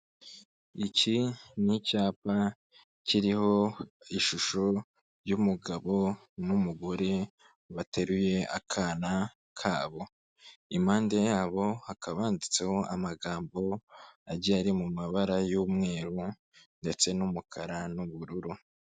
Iki ni icyapa kiriho ishusho y'umugabo n'umugore bateruye akana kabo, impande yabo hakaba handitseho amagambo agiye ari mu mabara y'umweru ndetse n'umukara n'ubururu.